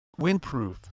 Windproof